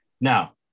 Now